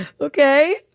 Okay